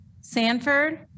Sanford